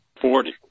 Forty